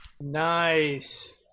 Nice